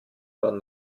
man